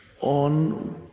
on